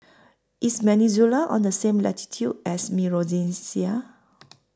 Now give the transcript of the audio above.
IS Venezuela on The same latitude as Micronesia